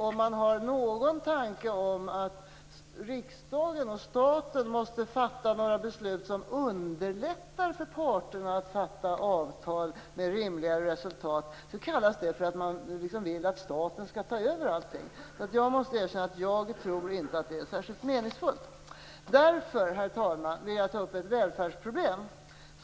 Om man har någon tanke på att riksdagen och staten måste fatta några beslut som underlättar för parterna att sluta avtal med rimliga resultat, kallas det för att man vill att staten skall ta över allting. Jag måste erkänna att jag inte tror att det är särskilt meningsfullt. Därför, herr talman, vill jag ta upp ett välfärdsproblem,